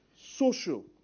social